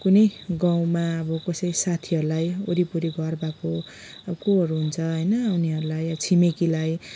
कुनै गाउँमा अब कसै साथीहरूलाई वरिपरि घर भएको अब कोहरू हुन्छ होइन उनीहरूलाई छिमेकीलाई